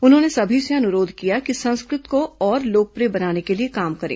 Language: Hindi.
उन्होंने सभी से अनुरोध किया कि संस्कृत को और लोकप्रिय बनाने के लिए काम करें